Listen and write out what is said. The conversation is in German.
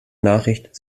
nachricht